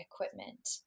equipment